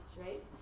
right